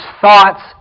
thoughts